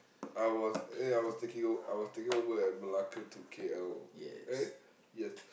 I was ya I was taking o~ I was taking over at Malacca to K_L eh yes